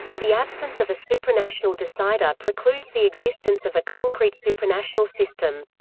the absence of a supranational decider precludes the existence of a concrete supranational system.